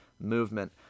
movement